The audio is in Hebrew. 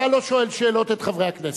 אתה לא שואל שאלות את חברי הכנסת.